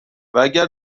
واگر